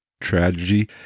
tragedy